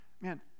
man